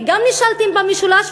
נישלתם גם במשולש,